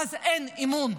ואז אין אמון.